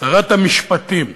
שרת המשפטים,